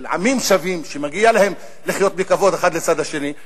של עמים שווים שמגיע להם לחיות בכבוד אחד לצד השני,